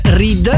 read